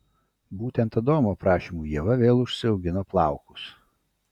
būtent adomo prašymu ieva vėl užsiaugino plaukus